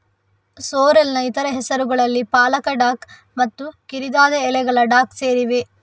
ಸೋರ್ರೆಲ್ನ ಇತರ ಹೆಸರುಗಳಲ್ಲಿ ಪಾಲಕ ಡಾಕ್ ಮತ್ತು ಕಿರಿದಾದ ಎಲೆಗಳ ಡಾಕ್ ಸೇರಿವೆ